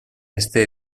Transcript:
este